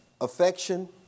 affection